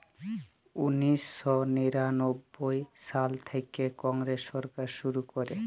উনিশ শ নিরানব্বই সাল থ্যাইকে কংগ্রেস সরকার শুরু ক্যরে